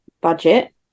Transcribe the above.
budget